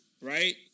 right